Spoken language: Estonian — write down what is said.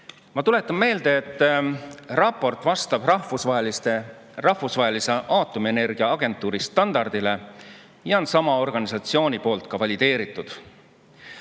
Ma tuletan meelde, et raport vastab Rahvusvahelise Aatomienergiaagentuuri standardile ja on sama organisatsiooni poolt ka valideeritud.